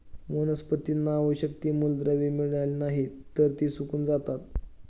वनस्पतींना आवश्यक ती मूलद्रव्ये मिळाली नाहीत, तर ती सुकून जातात